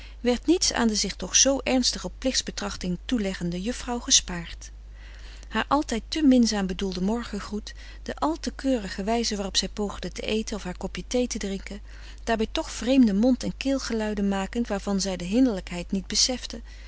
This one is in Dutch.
werd niets aan de zich toch zoo ernstig op plichtsbetrachting toeleggende juffrouw gespaard haar altijd te minzaam bedoelde morgengroet de al te keurige wijze waarop zij poogde te eten of haar kopje thee te drinken daarbij toch vreemde mond en keelgeluiden makend waarvan zij de hinderlijkheid niet besefte